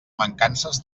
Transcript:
mancances